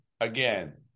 again